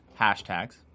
Hashtags